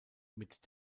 mit